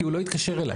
כי הוא לא התקשר אליי.